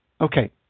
okay